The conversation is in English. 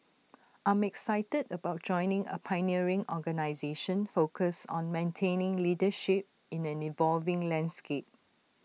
I'm excited about joining A pioneering organisation focused on maintaining leadership in the evolving landscape